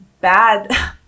bad